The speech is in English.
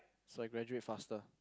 so I graduate faster